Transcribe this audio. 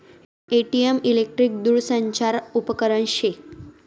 ATM electric दूरसंचार उपकरन शे